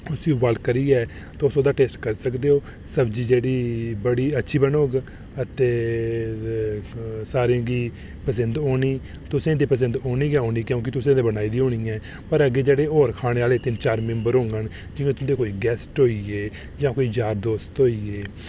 उसी बोआइल करियै तुस ओह्दा टेस्ट करी सकदे ओ सब्जी जेह्ड़ी बड़ी अच्छी बनोग अते सारें गी पसंद औनी तुसें गी ते पसंद औनी गै औनी क्योंकि तुसें ते बनाई दी होनी ऐ पर जि'यां तुंदे कोई गैस्ट होई ए जां कोई यार दोस्त होई ए